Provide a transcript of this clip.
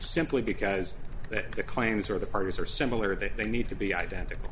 simply because that the claims or the parties are similar that they need to be identical